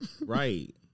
Right